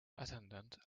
attendant